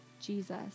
Jesus